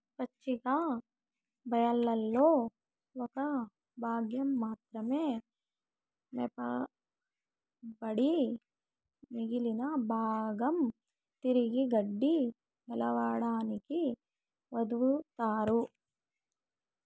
పచ్చిక బయళ్లలో ఒక భాగం మాత్రమే మేపబడి మిగిలిన భాగం తిరిగి గడ్డి మొలవడానికి వదులుతారు